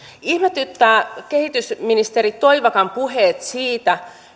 ihmetyttää kehitysministeri toivakan puheet siitä